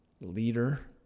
leader